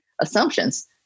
assumptions